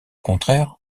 contraire